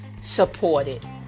supported